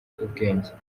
ubwenge